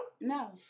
No